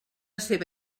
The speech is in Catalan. seva